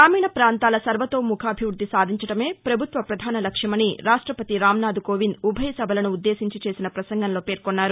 గ్రామీణ పాంతాల సర్వతోముఖాభివృద్ది సాధించడమే పభుత్వ పధాన లక్ష్యమని రాష్టపతి రాంనాథ్కోవింద్ ఉభయ సభలను ఉద్దేశించి చేసిన పసంగంలో పేర్కొన్నారు